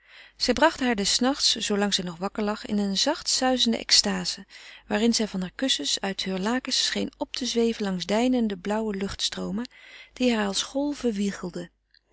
zij brachten haar des nachts zoolang zij nog wakker lag in een zacht suizende extase waarin zij van hare kussens uit heure lakens scheen op te zweven langs deinende blauwe luchtstroomen die haar als golven